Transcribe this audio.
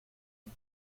mis